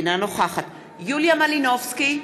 אינה נוכחת יוליה מלינובסקי,